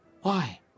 Why